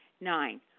Nine